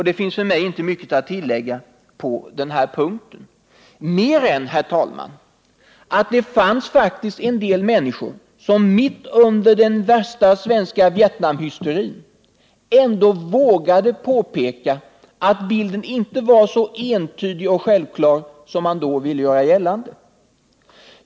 Det finns för mig inte mycket att tillägga på den punkten, mer än att det finns faktiskt en del människor som mitt under den värsta svenska Vietnamhysterin ändå vågade påpeka att bilden inte var så entydig och självklar som man då ville göra gällande.